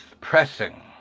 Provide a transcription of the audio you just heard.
pressing